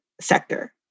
sector